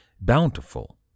bountiful